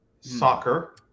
Soccer